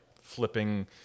flipping